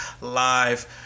live